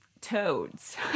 toads